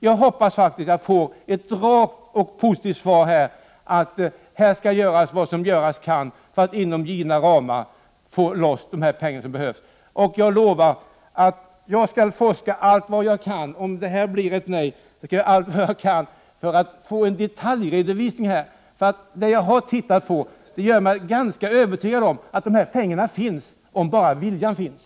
Jag hoppas faktiskt på att få ett rakt och positivt besked om att man skall göra vad som göras kan för att inom givna ramar få loss de pengar som behövs. Jag lovar att jag skall forska allt vad jag kan om det blir ett nej. Då skall jag göra allt vad jag kan för att få fram en detaljredovisning. Det jag har sett gör mig ganska övertygad om att pengarna finns om bara viljan finns.